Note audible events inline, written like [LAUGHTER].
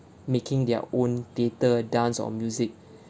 making their own theatre dance or music [BREATH]